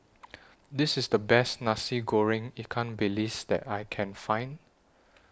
This IS The Best Nasi Goreng Ikan Bilis that I Can Find